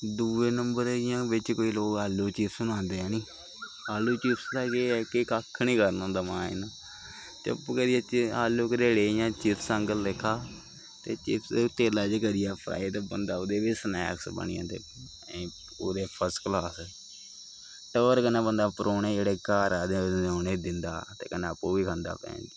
दूआ नंबर जियां बिच्च केईं लोक इ'यां आलू दे चिप्स बनांदे हैनी आलू चिप्स दा केह् ऐ के कक्ख निं करना होंदा माय जनां चुप करियै आलू करेड़े इ'यां चिप्स आह्गर लेखा ते चिप्स तेलै च करियै फ्राई बंदा ओह्दे बी स्नैक्स बनी जंदे ओह्दे फर्स्ट क्लास ते ओह्दे कन्नै बंदा परौह्ने जेह्ड़े घर आए दे होंदे उ'नेंगी दिंदा ते कन्नै आपूं बी खंदा भैं